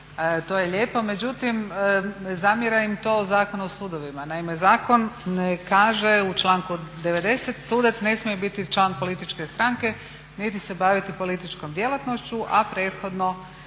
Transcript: to je lijepo. Međutim, zamjera im to Zakon o sudovima. Naime, Zakon kaže u članku 90. sudac ne smije biti član političke stranke niti se baviti političkom djelatnošću a prethodno